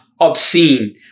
obscene